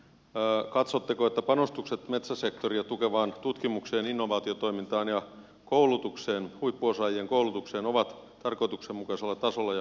katsotteko että panostukset metsäsektoria tukevaan tutkimukseen innovaatiotoimintaan ja huippuosaajien koulutukseen ovat tarkoituksenmukaisella tasolla ja oikein suunnattuja